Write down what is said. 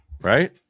Right